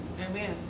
Amen